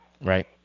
Right